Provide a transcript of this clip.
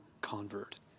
convert